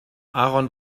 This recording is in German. aaron